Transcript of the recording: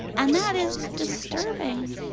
and that is disturbing.